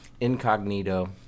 incognito